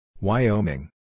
Wyoming